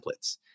templates